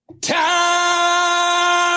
Time